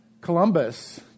Columbus